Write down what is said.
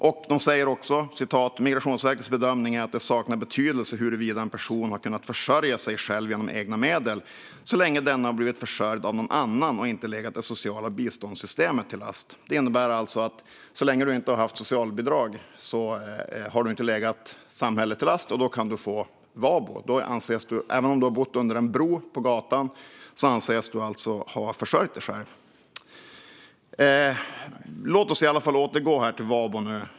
Vidare säger Migrationsverket följande: "Migrationsverkets bedömning är att det saknar betydelse huruvida en person har kunnat försörja sig själv genom egna medel, så länge denne har blivit försörjd av någon annan och inte legat det sociala biståndssystemet till last." Detta innebär alltså att så länge du inte har socialbidrag har du inte legat samhället till last. Även om du har bott under en bro på gatan anses du alltså ha försörjt dig själv. Låt oss återgå till VABO.